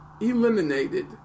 eliminated